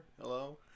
hello